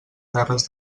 terres